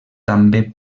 també